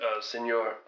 Senor